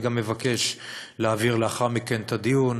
אני גם מבקש להעביר לאחר מכן את הדיון